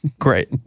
great